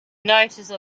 notice